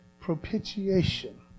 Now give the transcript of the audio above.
Propitiation